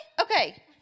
okay